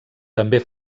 també